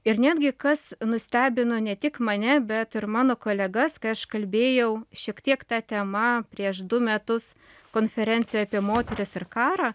ir netgi kas nustebino ne tik mane bet ir mano kolegas kai aš kalbėjau šiek tiek ta tema prieš du metus konferencijoj apie moteris ir karą